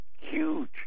huge